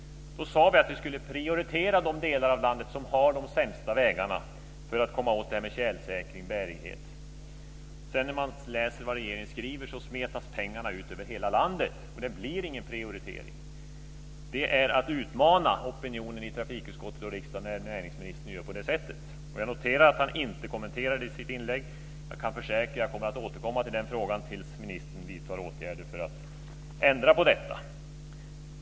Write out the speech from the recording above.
Då sade vi att vi skulle prioritera de delar av landet som har de sämsta vägarna för att komma åt tjälsäkring och bärighet. När man sedan läser vad regeringen skriver ser man att pengarna smetas ut över hela landet och att det inte blir någon prioritering. Det är att utmana opinionen i trafikutskottet och riksdagen när näringsministern gör på det sättet. Jag noterar att han inte kommenterade det i sitt inlägg. Jag kan försäkra att jag återkommer i den frågan tills ministern vidtar åtgärder för att ändra på detta.